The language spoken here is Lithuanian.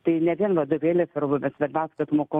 tai ne vien vadovėliai svarbu bet svarbiausia kad moko